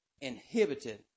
inhibited